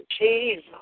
Jesus